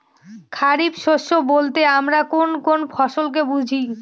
খরিফ শস্য বলতে আমরা কোন কোন ফসল কে বুঝি?